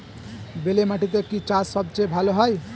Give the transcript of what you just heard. বেলে মাটিতে কি চাষ সবচেয়ে ভালো হয়?